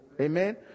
amen